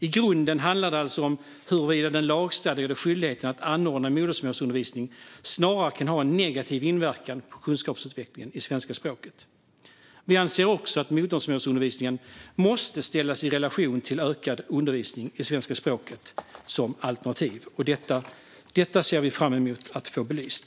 I grunden handlar det om huruvida den lagstadgade skyldigheten att anordna modersmålsundervisning snarare kan ha en negativ inverkan på kunskapsutvecklingen i svenska språket. Vi anser också att modersmålsundervisningen måste ställas i relation till ökad undervisning i svenska språket som alternativ. Detta ser vi fram emot att få belyst.